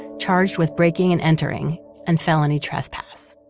charged with breaking and entering and felony trespass.